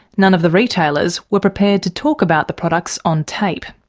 none of the retailers were prepared to talk about the products on tape.